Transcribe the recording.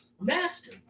master